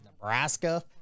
Nebraska